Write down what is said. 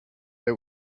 they